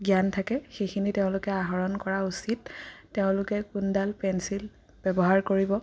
জ্ঞান থাকে সেইখিনি তেওঁলোকে আহৰণ কৰা উচিত তেওঁলোকে কোনডাল পেঞ্চিল ব্যৱহাৰ কৰিব